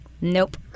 Nope